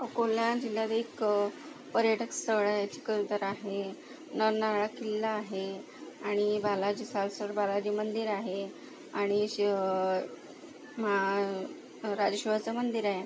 अकोला जिल्ह्यात एक पर्यटक स्थळ आहे चिखलदरा हे नरनाळा किल्ला आहे आणि बालाजी सालसर बालाजी मंदिर आहे आणि शिव राजेश्वराचं मंदिर आहे